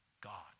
God